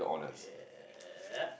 ya yep